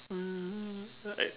um I